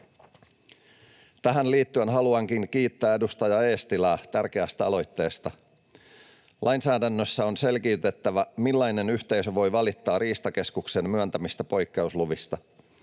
Tähän liittyen haluankin kiittää edustaja Eestilää tärkeästä aloitteesta. Lainsäädännössä on selkiytettävä, millainen yhteisö voi valittaa Riistakeskuksen myöntämistä poikkeusluvista.